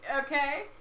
Okay